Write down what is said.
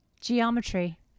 geometry